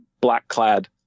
black-clad